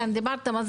כן, דיברתם.